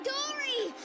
Dory